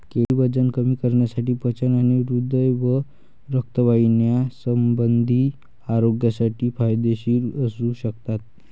केळी वजन कमी करण्यासाठी, पचन आणि हृदय व रक्तवाहिन्यासंबंधी आरोग्यासाठी फायदेशीर असू शकतात